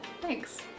thanks